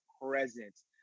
presence